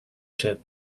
chip